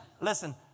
Listen